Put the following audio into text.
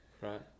right